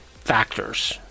factors